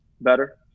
better